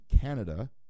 Canada